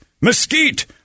mesquite